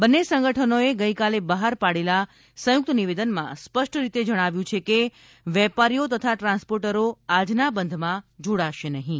બંને સંગઠનોએ ગઈકાલે બહાર પાડેલા સંયુક્ત નિવેદનમાં સ્પષ્ટરીતે જણાવ્યું છે કે વેપારીઓ તથા ટ્રાન્સપોર્ટરો આજના બંધમાં જોડાશે નહીં